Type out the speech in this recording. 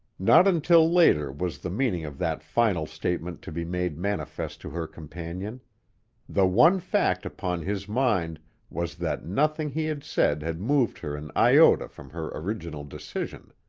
not until later was the meaning of that final statement to be made manifest to her companion the one fact upon his mind was that nothing he had said had moved her an iota from her original decision.